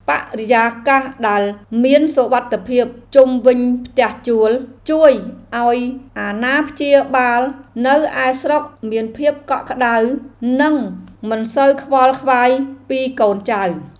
បរិយាកាសដែលមានសុវត្ថិភាពជុំវិញផ្ទះជួល ជួយឱ្យអាណាព្យាបាលនៅឯស្រុកមានភាពកក់ក្តៅ និងមិនសូវខ្វល់ខ្វាយពីកូនចៅ។